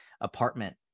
apartment